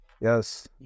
Yes